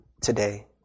today